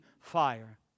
fire